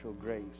grace